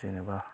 जेनेबा